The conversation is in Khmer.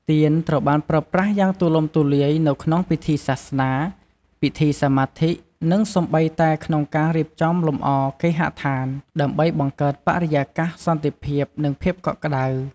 ទៀនត្រូវបានប្រើប្រាស់យ៉ាងទូលំទូលាយនៅក្នុងពិធីសាសនា ពិធីសមាធិ និងសូម្បីតែក្នុងការរៀបចំលម្អគេហដ្ឋាន ដើម្បីបង្កើតបរិយាកាសសន្តិភាព និងភាពកក់ក្ដៅ។